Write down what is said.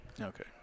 Okay